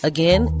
Again